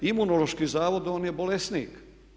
Imunološki zavod on je bolesnik.